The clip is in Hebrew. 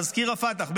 מזכיר הפת"ח בג'נין,